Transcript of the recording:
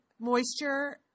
moisture